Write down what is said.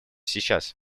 сейчас